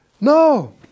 No